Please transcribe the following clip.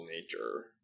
nature